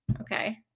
Okay